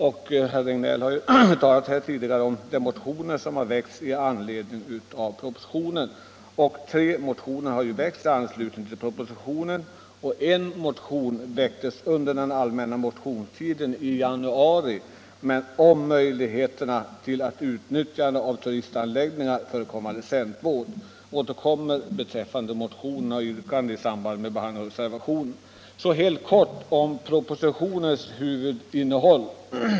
Herr Regnéll har tidigare berört de tre motioner som väckts i anledning av propositionen. En motion, som väcktes under den allmänna motionstiden i januari, avser möjligheterna att utnyttja turisthotellanläggningar för konvalescentvård. Jag återkommer till motionernas yrkanden i samband med att jag tar upp reservationerna. Så helt kort några ord om propositionens huvudinnehåll.